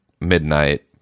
midnight